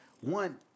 one